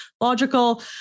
logical